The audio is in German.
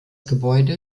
gebäude